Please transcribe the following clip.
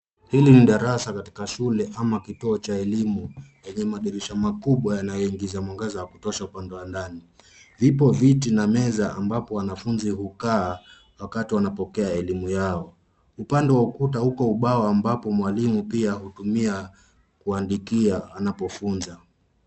Hili ni darasa katika shule ama kituo cha elimu yenye madirisha makubwa yanayoingiza mwangaza wa kutosha upande wa ndani. Vipo viti na meza ambapo wanafunzi hukaa wakati wanapokea elimu yao. Upande wa ukuta uko ubao ambapo mwalimu pia hutumia kuandikia anapofunza.